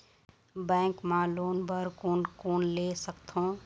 Bank मा loan बर कोन कोन ले सकथों?